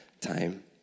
time